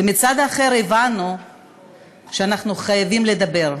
ומהצד האחר הבנו שאנחנו חייבים לדבר.